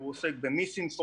הוא עוסק במיס-אינפורמציה,